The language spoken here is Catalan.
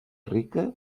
rica